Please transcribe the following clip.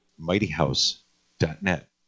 mightyhouse.net